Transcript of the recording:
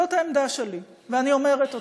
זאת העמדה שלי ואני אומרת אותה.